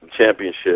championship